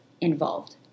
involved